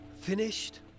Finished